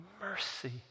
mercy